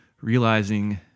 realizing